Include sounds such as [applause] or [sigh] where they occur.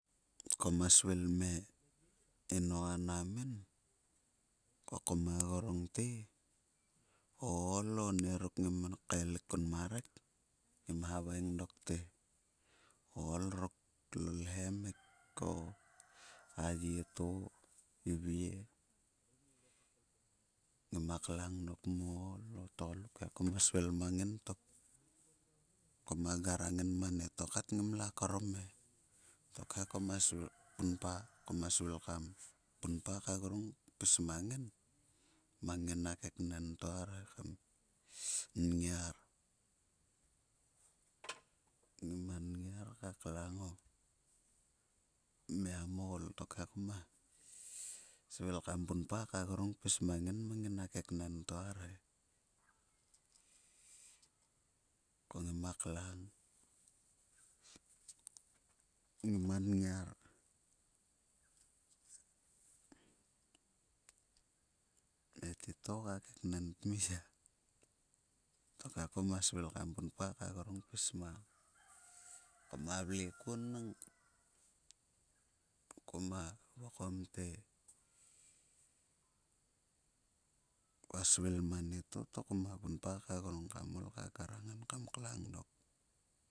Kuma svil me inou anna min, ko koma gruing te o ool o onieruk ngam her kaelik kun ma rek ngima haveing dok tw, "o ol ruk lol he emik o a ye to ivie." Ngima klang dok mo ol too tgoluk tokhe kuma svil mang ngin tok. Kuma ngrang ngim mo tgoluk ngimla krum e tokhe j]kuma svil kam punpa ka grung kpis mang ngin mang ngina keknen to arche kam nngiar ngima nngiar ka klang o mia mo ol tokhe kuma svil kam punpa ka grung kpis mang nging mang ngina keknen to arhe. Ko ngima klang [unintelligible] ngima ngiar. E titou ka kekenen tmi ya. Tokhe kuma svil kam punpa ka grung kpis mang kuma vle kuon nang kuma vokong te kua svil ma nieto, to kuma punpa ka grung kam ngrang en kam klang dok.